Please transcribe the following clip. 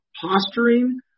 posturing